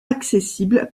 accessible